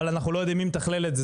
אבל אנחנו לא יודעים מי מתכלל את זה,